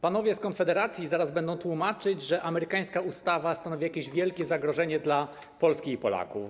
Panowie z Konfederacji zaraz będą tłumaczyć, że amerykańska ustawa stanowi jakieś wielkie zagrożenie dla Polski i Polaków.